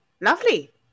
lovely